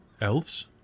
Elves